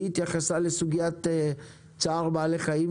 היא התייחסה לסוגיית צער בעלי חיים,